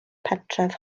pentref